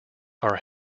are